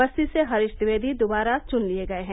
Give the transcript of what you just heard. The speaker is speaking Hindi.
बस्ती से हरीश द्विवेदी दोबारा चुन लिए गये हैं